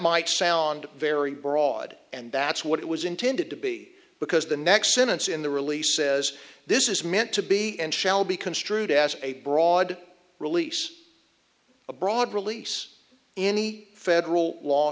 might sound very broad and that's what it was intended to be because the next sentence in the release says this is meant to be and shall be construed as a broad release a broad release any federal law